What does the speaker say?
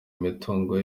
imitungo